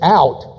out